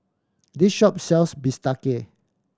this shop sells bistake